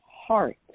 heart